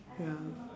ya